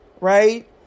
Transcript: right